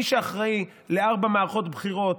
מי שאחראי לארבע מערכות בחירות,